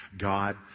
God